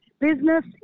Business